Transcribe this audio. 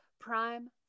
prime